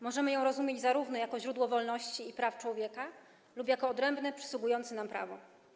Możemy ją rozumieć zarówno jako źródło wolności i praw człowieka, jak i jako odrębne przysługujące nam prawo.